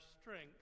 strength